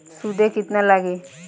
सूद केतना लागी?